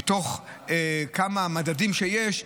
מתוך כמה מדדים שיש,